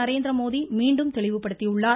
நரேந்திரமோடி மீண்டும் தெளிவுபடுத்தியுள்ளார்